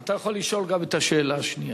כן, אתה יכול לשאול גם את השאלה השנייה.